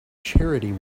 charity